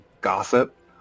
gossip